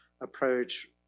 approach